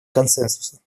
консенсуса